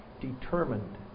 determined